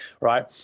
right